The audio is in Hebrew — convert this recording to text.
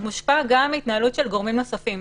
הוא מושפע גם מהתנהלות של גורמים נוספים,